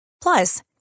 Plus